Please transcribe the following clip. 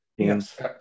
yes